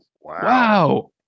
Wow